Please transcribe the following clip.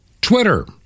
Twitter